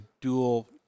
dual